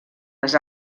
les